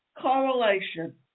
correlation